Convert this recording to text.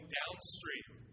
downstream